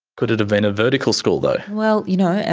could it have been a vertical school, though? well, you know, and